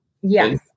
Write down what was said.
Yes